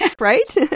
right